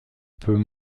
peut